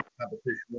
competition